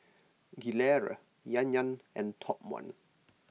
Gilera Yan Yan and Top one